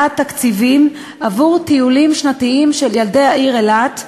תקציבים עבור טיולים שנתיים של ילדי העיר אילת,